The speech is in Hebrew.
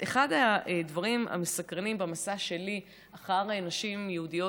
אחד הדברים המסקרנים במסע שלי אחר נשים יהודיות